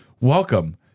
welcome